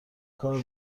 کار